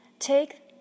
Take